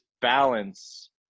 balance